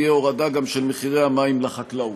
תהיה הורדה גם של מחירי המים לחקלאות.